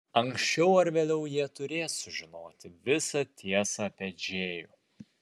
anksčiau ar vėliau jie turės sužinoti visą tiesą apie džėjų